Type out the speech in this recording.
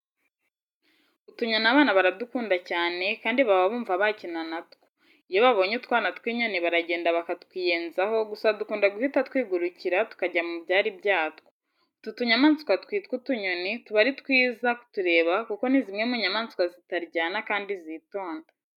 Utunyoni abana baradukunda cyane kandi baba bumva bakina na two. Iyo babonye utwana tw'inyoni baragenda bakatwiyenzaho gusa dukunda guhita twigurukira tukajya mu byari byatwo. Utu tunyamaswa twitwa utunyoni tuba ari twiza kutureba kuko ni zimwe mu nyamaswa zitaryana kandi zitonda.